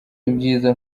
ibyiza